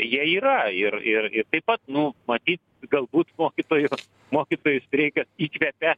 jie yra ir ir ir taip pat nu matyt galbūt mokytojų mokytojų streikas įkvėpė